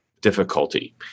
difficulty